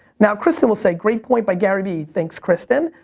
now, christin will say, great point by gary vee. thanks, christin.